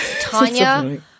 Tanya